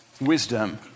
wisdom